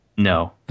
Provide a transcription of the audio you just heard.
no